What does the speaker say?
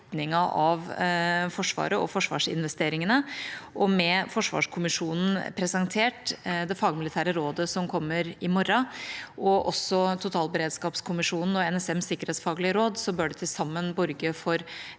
retningen på Forsvaret og forsvarsinvesteringene. Med forsvarskommisjonens rapport presentert, med det fagmilitære rådet som kommer i morgen, og med totalberedskapskommisjonen og NSMs sikkerhetsfaglige råd bør det til sammen borge for